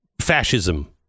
fascism